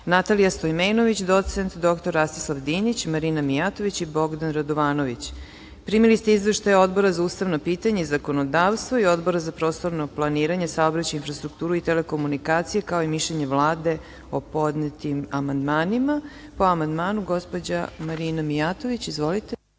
Natalija Stojmenović, doc. dr. Rastislav Dinića, Marina Mijatović i Bogdan Radovanović. Primili ste izveštaje Odbora za ustavna pitanja i zakonodavstvo, i Odbora za prostorno planiranje, saobraćaj i infrastrukturu i telekomunikacije, kao i mišljenje Vlade o podnetim amandmanima. Reč po amandmanu Marina Mijatović. **Marina